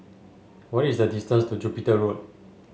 what is the distance to Jupiter Road